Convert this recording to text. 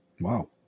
Wow